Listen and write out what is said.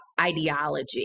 ideology